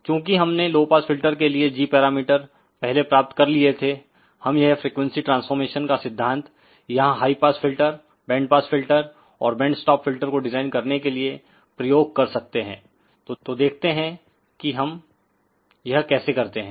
चूंकि हमने low pass filter के लिए g पैरामीटर पहले प्राप्त कर लिए थे हम यह फ्रीक्वेंसी ट्रांसफॉरमेशन का सिद्धांत यहांहाई पास फिल्टरबैंड पास फिल्टरऔरबैंड् स्टॉप फिल्टर को डिजाइन करने के लिए प्रयोग कर सकते हैं तो देखते हैं कि हम यह कैसे करते हैं